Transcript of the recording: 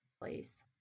place